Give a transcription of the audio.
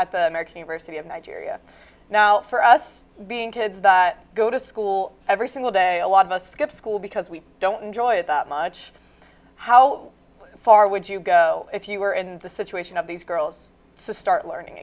at the american university of nigeria now for us being kids that go to school every single day a lot of us skip school because we don't enjoy it that much how far would you go if you were in the situation of these girls to start learning